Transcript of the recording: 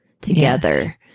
together